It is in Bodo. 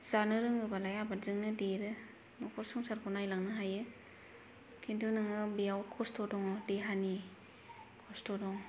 जानो रोङोबालाय आबादजोंनो देरो न'खर संसारखौ नायलांनो हायो खिन्तु नोङो बेयाव खस्त' दङ देहानि खस्त' दं